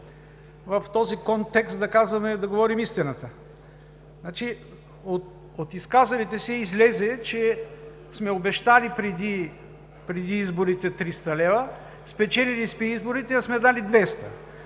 в този контекст да говорим истината. От изказалите се излезе, че сме обещали преди изборите 300 лв., спечелили сме изборите, а сме дали 200